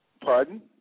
pardon